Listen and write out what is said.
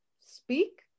Speak